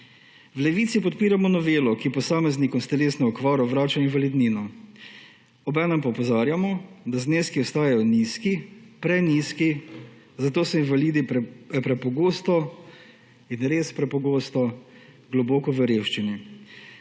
V Levici podpiramo novelo, ki posameznikom s telesno okvaro vrača invalidnino, obenem pa opozarjamo, da zneski ostajajo nizki, prenizki, zato so invalidi prepogosto, res prepogosto globoko v revščini,